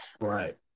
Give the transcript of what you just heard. Right